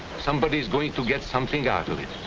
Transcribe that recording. somebody's going to get something out of it,